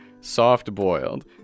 soft-boiled